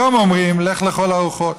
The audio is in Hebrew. היום אומרים: לך לכל הרוחות.